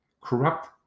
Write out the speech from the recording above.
Corrupt